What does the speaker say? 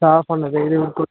साफ होने चाहिदे बिलकुल